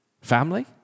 Family